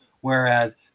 whereas